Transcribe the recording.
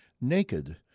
Naked